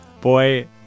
Boy